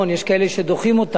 יש כאלה שדוחים אותנו,